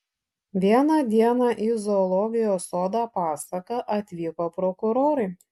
vieną dieną į zoologijos sodą pasaką atvyko prokurorai